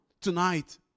tonight